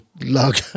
lug